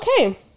Okay